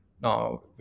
Now